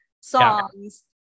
songs